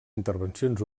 intervencions